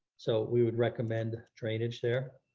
so we would recommend drainage there.